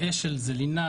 אפשר לגייר,